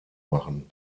machen